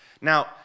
Now